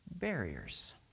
barriers